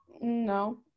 No